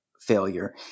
failure